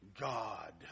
God